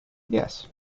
yes